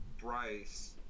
Bryce